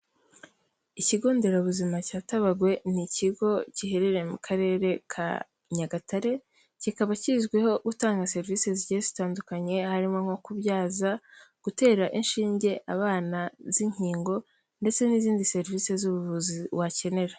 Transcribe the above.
Ikigo Nderabuzima cya Tabagwe ni ikigo giherereye mu Karere ka Nyagatare, kikaba kizwiho gutanga serivisi zigiye zitandukanye harimo nko kubyaza, gutera inshinge abana z'inkingo ndetse n'izindi serivisi z'ubuvuzi wakenera.